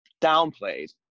downplayed